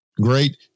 great